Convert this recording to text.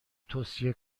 توصیه